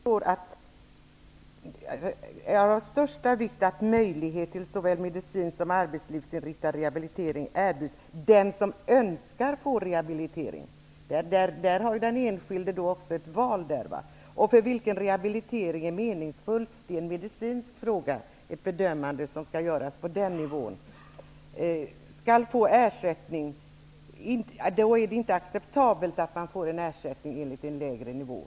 Herr talman! Jag skall fatta mig kort. Det står: ''är av största vikt att möjlighet till såväl medicinsk som arbetslivsinriktad rehabilitering erbjuds den som önskar få rehabilitering'' -- den enskilde har alltså ett val -- ''och för vilken rehabilitering är meningsfull''. Det är en medicinsk fråga. En bedömning skall göras på den nivån. Om samhällets resurser är otillräckliga är det inte acceptabelt att den försäkrade får en ersättning enligt en lägre nivå.